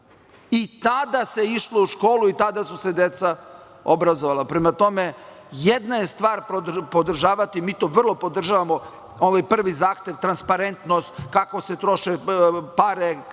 i tada se išlo u školu i tada su se deca obrazovala. Prema tome jedna je stvar podržavati, mi to vrlo podržavamo ovaj prvi zahtev transparentnost kako se troše pare, korupcija